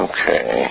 Okay